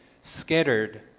scattered